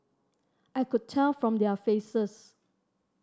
I could tell from their faces